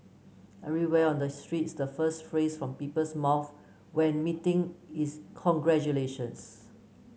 everywhere on the streets the first phrase from people's mouths when meeting is congratulations